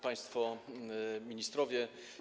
Państwo Ministrowie!